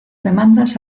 demandas